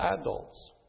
adults